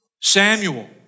Samuel